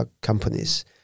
companies